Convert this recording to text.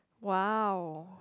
!wow!